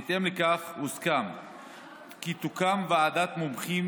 בהתאם לכך הוסכם כי תוקם ועדת מומחים